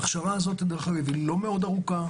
דרך אגב, ההכשרה הזאת לא מאוד ארוכה.